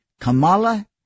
Kamala